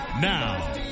Now